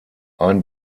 ein